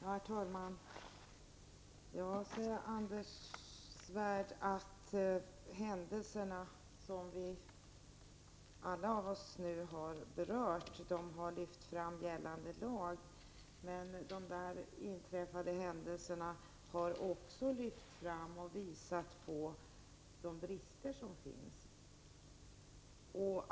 Herr talman! Anders Svärd säger att de händelser som vi nu alla berört har lyft fram gällande lag. Men de inträffade händelserna har också lyft fram och visat på de brister som finns.